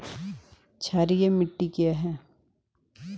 क्षारीय मिट्टी क्या है?